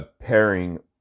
Pairing